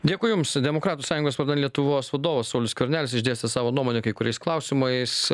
dėkui jums demokratų sąjungos vardas lietuvos vadovas saulius skvernelis išdėstė savo nuomonę kai kuriais klausimais